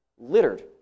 littered